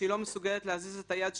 כשהיא לא מסוגלת להזיז את היד שלה.